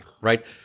right